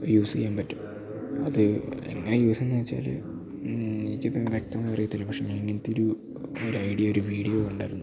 use ചെയ്യാൻ പറ്റും അതെങ്ങനെ യൂസ് ചെയ്യാമെന്ന് വെച്ചാല് എനിക്കത് വ്യക്തമായി അറിയില്ല പക്ഷേ ഇങ്ങനത്തെയൊരു ഒരു ഐഡിയ ഒരു വീഡിയോ കണ്ടായിരുന്നു